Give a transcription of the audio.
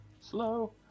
Slow